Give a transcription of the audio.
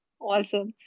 Awesome